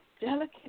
Delicate